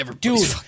Dude